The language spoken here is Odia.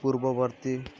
ପୂର୍ବବର୍ତ୍ତୀ